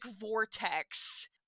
vortex